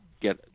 get